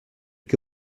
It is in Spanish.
que